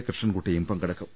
കൃഷ്ണന്കുട്ടിയും പങ്കെടുക്കും